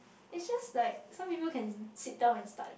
it just like some people can sit down and start